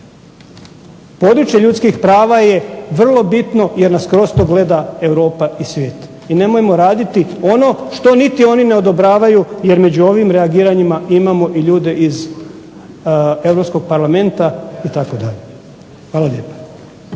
Područje ljudskih prava je vrlo bitno jer nas kroz to gleda Europa i svijet. I nemojmo raditi ono što niti oni ne odobravaju jer među ovim reagiranjima imamo i ljude iz Europskog parlamenta itd. Hvala lijepa.